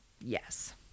Yes